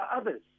others